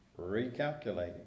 recalculating